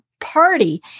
party